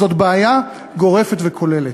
זאת בעיה גורפת וכוללת.